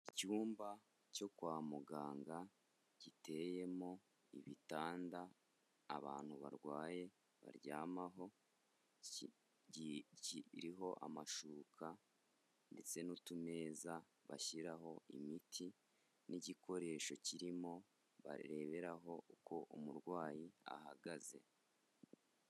Icyumba cyo kwa muganga giteyemo ibitanda abantu barwaye baryamaho, kiriho amashuka ndetse n'utumeza bashyiraho imiti. N'igikoresho kirimo bareberaho uko umurwayi ahagaze.